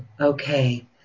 Okay